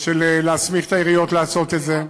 להסמיך את העיריות לעשות את זה.